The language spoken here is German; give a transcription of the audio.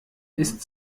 ist